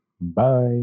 Bye